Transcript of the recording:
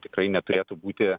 tikrai neturėtų būti